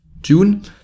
June